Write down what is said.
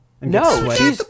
No